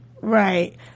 Right